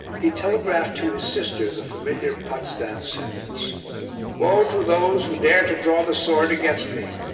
he telegraphed to his sister the familiar potsdam sentence woe to those who dare to draw the sword against me.